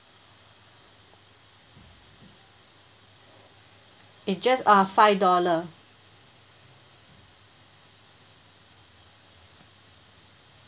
it's just uh five dollar